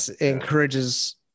encourages